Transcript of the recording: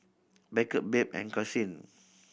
Beckett Babe and Karsyn